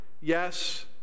yes